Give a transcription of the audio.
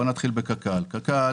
קק"ל